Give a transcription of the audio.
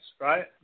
right